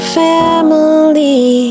family